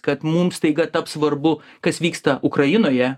kad mums staiga taps svarbu kas vyksta ukrainoje